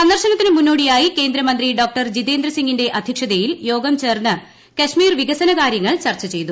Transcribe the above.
സന്ദർശനത്തിന് മുന്നോടിയായി കേന്ദ്രമന്ത്രി ഡ്രേക്ട് ജീതേന്ദ്ര സിംഗിന്റെ അധ്യക്ഷതയിൽ യോഗം ചേർന്ന് കശ്മീർ വികസന കാര്യങ്ങ്ങൾ ചർച്ച ചെയ്തു